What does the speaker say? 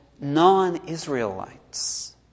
non-Israelites